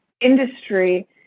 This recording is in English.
industry